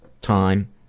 time